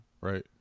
Right